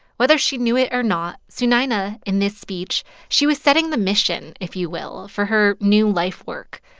whether she knew it or not, sunayana in this speech she was setting the mission, if you will, for her new life work,